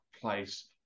place